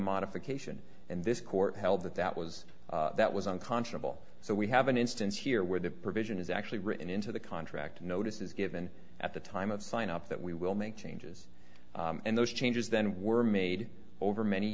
modification and this court held that that was that was unconscionable so we have an instance here where the provision is actually written into the contract notice is given at the time of sign up that we will make changes and those changes then were made over many